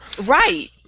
Right